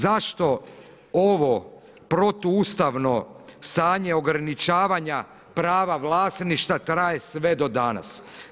Zašto ovo protuustavno stanje ograničavanja prava vlasništva traje sve do danas?